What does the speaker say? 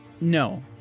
No